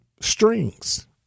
strings